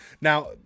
Now